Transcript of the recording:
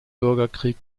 bürgerkrieg